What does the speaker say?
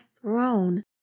throne